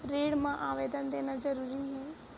ऋण मा आवेदन देना जरूरी हे?